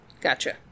Gotcha